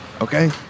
Okay